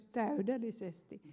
täydellisesti